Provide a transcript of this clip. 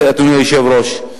אדוני היושב-ראש.